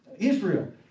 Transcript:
Israel